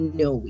no